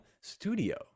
studio